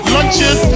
Lunches